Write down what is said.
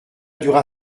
dura